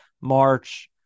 March